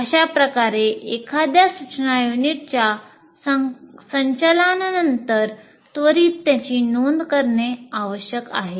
अशाप्रकारे एखाद्या सूचना युनिटच्या संचालनानंतर त्वरित त्यांची नोंद करणे आवश्यक आहे